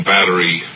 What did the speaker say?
Battery